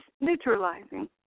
neutralizing